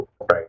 Right